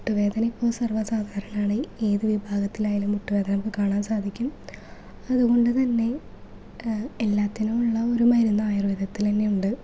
മുട്ടു വേദന ഇപ്പോൾ സർവ സാധാരണമാണ് ഏത് വിഭാഗത്തിലായാലും മുട്ട് വേദന നമുക്ക് കാണാൻ സാധിക്കും അതുകൊണ്ട്തന്നെ എല്ലാത്തിനുവുള്ള ഒരു മരുന്ന് ആയുർവേദത്തിൽ തന്നെയുണ്ട്